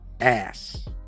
ass